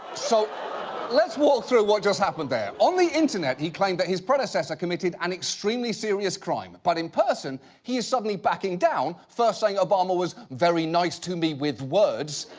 so let's walk through what just happened there. on the internet he claimed that his predecessor committed an extremely serious crime. but in person, he is suddenly backing down. first saying obama was very nice to me with words,